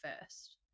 first